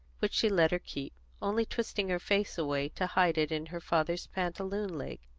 which she let her keep, only twisting her face away to hide it in her father's pantaloon leg.